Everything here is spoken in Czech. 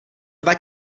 dva